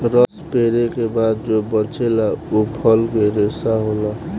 रस पेरे के बाद जो बचेला उ फल के रेशा होला